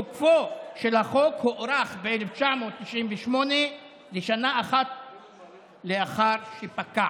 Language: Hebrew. תוקפו של החוק הוארך ב-1998 לשנה אחת לאחר שפקע.